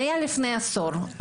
זה היה לפני עשור.